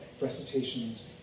recitations